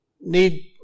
need